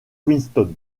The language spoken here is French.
queenstown